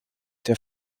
der